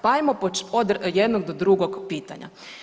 Pa ajmo od jednog do drugog pitanja.